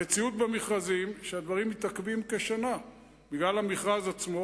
המציאות במכרזים היא שהדברים מתעכבים כשנה בגלל המכרז עצמו,